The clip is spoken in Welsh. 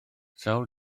sawl